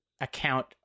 account